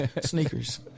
sneakers